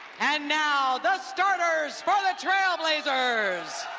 and now the starters for the trailblazers,